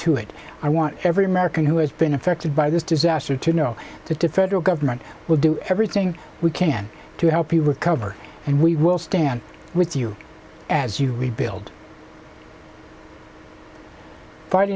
to it i want every american who has been affected by this disaster to know that to federal government will do everything we can to help you recover and we will stand with you as you rebuild